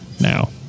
now